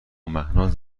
مهناز